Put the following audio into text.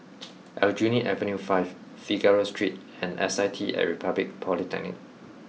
Aljunied Avenue five Figaro Street and S I T at Republic Polytechnic